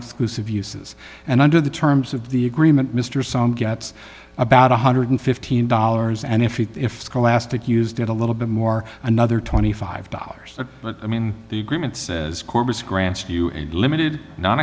exclusive uses and under the terms of the agreement mr song gets about one hundred and fifteen dollars and if it if scholastic used it a little bit more another twenty five dollars i mean the agreement says corpus grants you a limited non